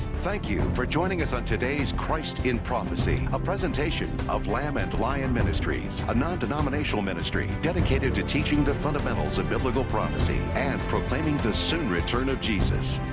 thank you for joining us on today's christ in prophecy, a presentation of lamb and lion ministries, a non-denominational ministry dedicated to teaching the fundamentals of biblical prophecy and proclaiming the soon return of jesus.